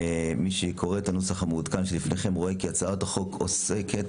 מי שקורא את הנוסח המעודכן שבפניהם רואה כי הצעת החוק עוסקת